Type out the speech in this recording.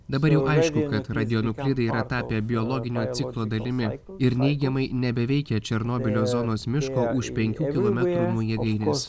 dabar jau aišku kad radionuklidai yra tapę biologinio ciklo dalimi ir neigiamai nebeveikia černobylio zonos miško už penkių kilometrų nuo jėgainės